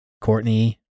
Courtney